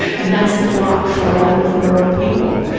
and that's the block for a lot of rural people,